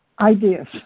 ideas